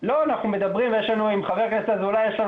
אנחנו מדברים ועם חבר הכנסת אזולאי יש לנו